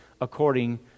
according